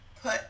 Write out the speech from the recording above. put